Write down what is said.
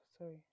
sorry